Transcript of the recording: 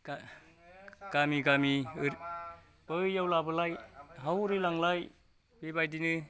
गा गामि गामि बैआव लाबोलाय हौरै लांलाय बेबादिनो